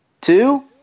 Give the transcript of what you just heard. Two